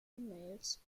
mails